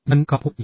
ഞാൻ കാൺപൂർ ഐ